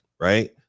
Right